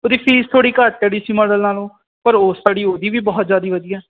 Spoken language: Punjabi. ਉਹਦੀ ਪੀਸ ਥੋੜੀ ਘੱਟ ਹੈ ਡੀਸੀ ਮਾਡਲ ਨਾਲੋਂ ਪਰ ਉਸ ਸਟਡੀ ਉਹਦੀ ਵੀ ਬਹੁਤ ਜਿਆਦੀ ਵਧੀਆ